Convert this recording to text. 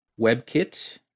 WebKit